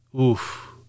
Oof